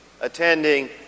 attending